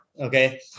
okay